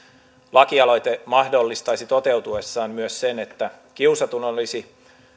lakialoite mahdollistaisi toteutuessaan myös sen että kiusatun olisi